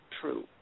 true